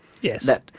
Yes